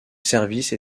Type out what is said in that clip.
services